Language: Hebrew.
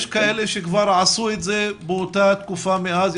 יש כאלה שכבר עשו את זה באותה תקופה מאז,